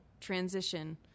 transition